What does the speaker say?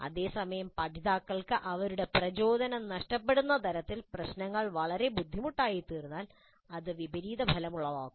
അതേസമയം പഠിതാക്കൾക്ക് അവരുടെ പ്രചോദനം നഷ്ടപ്പെടുന്ന തരത്തിൽ പ്രശ്നങ്ങൾ വളരെ ബുദ്ധിമുട്ടായിത്തീർന്നാൽ അത് വിപരീത ഫലമുളവാക്കും